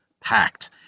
packed